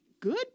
Good